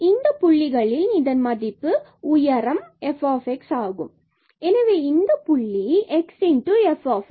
எனவே இந்தப் புள்ளிகளில் இதன் மதிப்பு இதன் உயரமே f ஆகும் எனவே இந்த புள்ளி xf ஆகும்